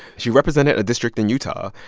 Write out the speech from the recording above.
she represented a district in utah.